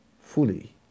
fully